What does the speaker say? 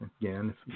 again